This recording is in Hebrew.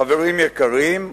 חברים יקרים,